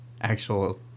actual